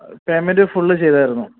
payment full ചെയ്തായിരുന്നു